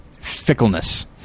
fickleness